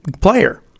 player